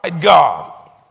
God